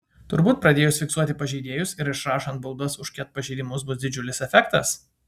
turbūt pradėjus fiksuoti pažeidėjus ir išrašant baudas už ket pažeidimus bus didžiulis efektas